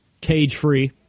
Cage-free